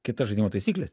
kitas žaidimo taisykles